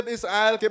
Israel